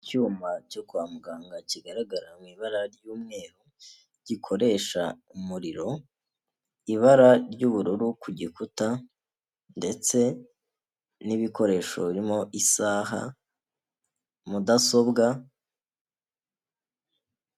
Icyuma cyo kwa muganga kigaragara mu ibara ry'umweru gikoresha umuriro, ibara ry'ubururu ku gikuta ndetse n'ibikoresho birimo isaha, mudasobwa.